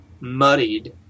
muddied